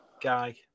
guy